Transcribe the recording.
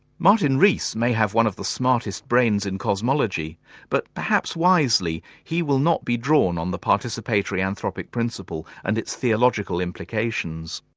martin rees may have one of the smartest brains in cosmology but perhaps wisely, he will not be drawn on the participatory anthropic principle and its theological implications.